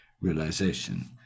realization